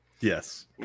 yes